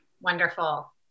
wonderful